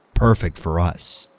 perfect for us.